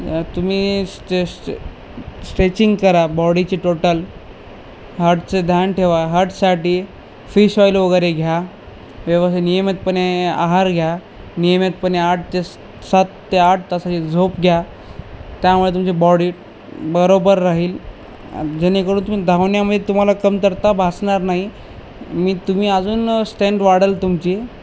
तुम्ही स्ट्रे स्ट्रेचिंग करा बॉडीची टोटल हार्टचे ध्यान ठेवा हार्टसाठी फिश ऑईल वगैरे घ्या व्यवसी नियमितपणे आहार घ्या नियमितपणे आठ ते सात ते आठ तास झोप घ्या त्यामुळे तुमची बॉडी बरोबर राहील जेणेकरून तुमी धावण्यामध्ये तुम्हाला कमतरता भासणार नाही मी तुम्ही अजून स्टेन्ट वाढेल तुमची